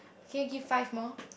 can you give five more